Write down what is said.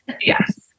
Yes